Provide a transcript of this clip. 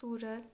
Surat